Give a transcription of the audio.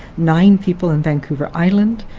nine people in vancouver island,